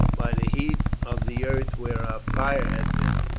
by the heat of the earth where our fire had been,